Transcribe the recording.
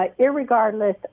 irregardless